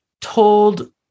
told